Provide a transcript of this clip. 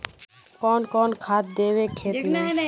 कौन कौन खाद देवे खेत में?